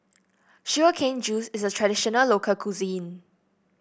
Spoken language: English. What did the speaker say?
Sugar Cane Juice is a traditional local cuisine